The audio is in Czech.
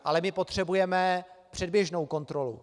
Ale my potřebujeme předběžnou kontrolu.